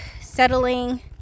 settling